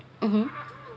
(uh huh)